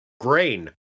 grain